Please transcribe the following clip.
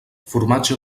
formatge